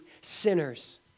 sinners